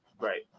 Right